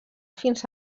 fins